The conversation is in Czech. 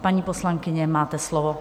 Paní poslankyně, máte slovo.